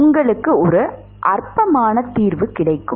உங்களுக்கு ஒரு அற்பமான தீர்வு கிடைக்கும்